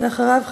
אחריו,